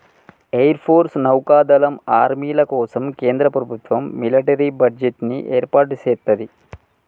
air force, నౌకా దళం, ఆర్మీల కోసం కేంద్ర ప్రభుత్వం మిలిటరీ బడ్జెట్ ని ఏర్పాటు సేత్తది